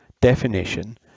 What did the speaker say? definition